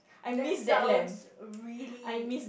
that sounds really